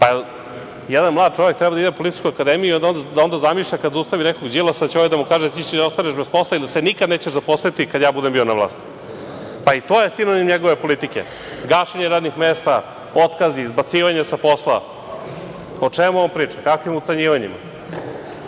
li jedan mladi čovek treba da ide na Policijsku akademiju i da onda zamišlja kad zaustavi nekog Đilasa da će ovaj da mu kaže – ti će da ostaneš bez posla i da se nikada nećeš zaposliti kad ja budem bio na vlasti. To je sinonim njegove politike – gašenje radnih mesta, otkazi, izbacivanje sa posla. O čemu on priča, kakvim ucenjivanjima?